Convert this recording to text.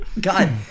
God